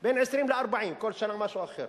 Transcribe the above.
וכל שנה זה משהו אחר.